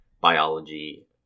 biology